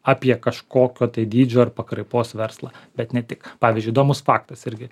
apie kažkokio tai dydžio ar pakraipos verslą bet ne tik pavyzdžiui įdomus faktas irgi